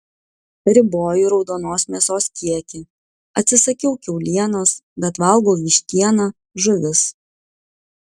riboju raudonos mėsos kiekį atsisakiau kiaulienos bet valgau vištieną žuvis